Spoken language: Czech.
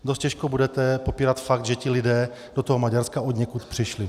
Dost těžko budete popírat fakt, že ti lidé do toho Maďarska odněkud přišli.